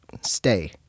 stay